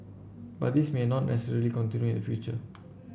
but this may not necessarily continue in future